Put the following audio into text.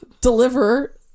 deliver